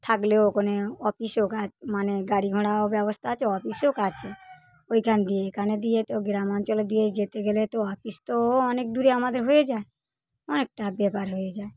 থাকলো ওখানে অফিসে ওকা মানে গাড়ি ঘোড়াও ব্যবস্থা আছে অফিসও কাচে ওইখান দিয়ে এখানে দিয়ে তো গ্রাম অঞ্চল দিয়ে যেতে গেলে তো অফিস তো অনেক দূরে আমাদের হয়ে যায় অনেকটা ব্যাপার হয়ে যায়